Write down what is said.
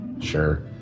Sure